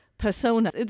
Persona